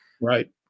Right